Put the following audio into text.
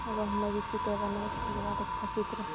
आब हमे भी चित्र बनाबय छियै बहुत अच्छा चित्र